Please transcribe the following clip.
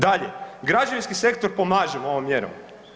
Dalje, građevinski sektor pomaže ovom mjerom.